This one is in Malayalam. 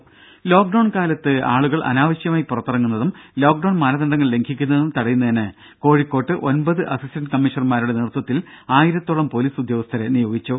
ദേദ ലോക്ഡൌൺകാലത്ത് ആളുകൾ അനാവശ്യമായി പുറത്തിറങ്ങുന്നതും ലോക്ഡൌൺ മാനദണ്ഡങ്ങൾ ലംഘിക്കുന്നതും തടയുന്നതിന് കോഴിക്കോട്ട് ഒമ്പത് അസിസ്റ്റന്റ് കമ്മീഷണർമാരുടെ നേതൃത്വത്തിൽ ആയിരത്തോളം പൊലീസ് ഉദ്യോഗസ്ഥരെ നിയോഗിച്ചു